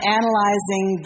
analyzing